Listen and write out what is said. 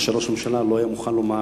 מה שראש הממשלה לא היה מוכן לומר